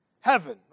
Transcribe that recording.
heaven